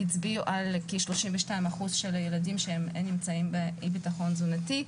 הצביעו על כ-32% של ילדים שנמצאים באי ביטחון תזונתי.